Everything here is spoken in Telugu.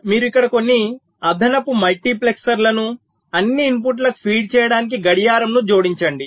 మీరు ఇక్కడ కొన్ని అదనపు మల్టీప్లెక్సర్లను అన్ని ఇన్పుట్లకు ఫీడ్ చేయడానికి గడియారంను జోడించండి